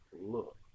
look